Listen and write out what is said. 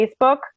Facebook